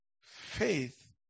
faith